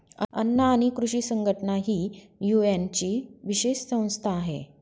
अन्न आणि कृषी संघटना ही युएनची विशेष संस्था आहे